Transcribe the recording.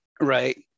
Right